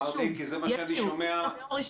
ושוב, יש תיאום.